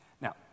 Now